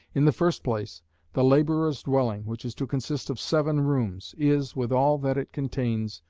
in the first place the labourer's dwelling, which is to consist of seven rooms, is, with all that it contains,